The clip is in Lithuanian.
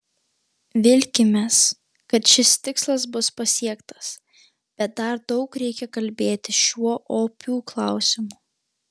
vilkimės kad šis tikslas bus pasiektas bet dar daug reikia kalbėti šiuo opiu klausimu